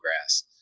grass